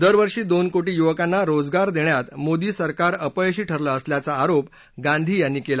दरवर्षी दोन कोटी युवकांना रोजगार देण्यात मोदी सरकार अपयशी ठरलं असल्याचा आरोप गांधी यांनी केला